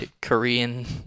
korean